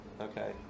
Okay